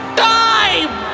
time